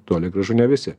toli gražu ne visi